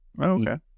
Okay